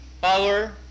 power